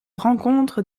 rencontre